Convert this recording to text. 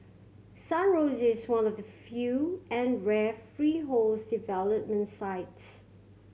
Sun Rosier is one of the few and rare freehold development sites